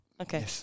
Okay